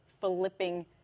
flipping